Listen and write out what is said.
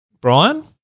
Brian